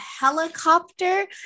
helicopter